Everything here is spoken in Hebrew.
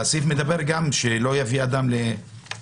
הסעיף אומר שאדם לא יחזיק,